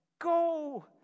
Go